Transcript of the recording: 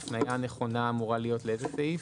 ההפניה הנכונה אמורה להיות לאיזה סעיף?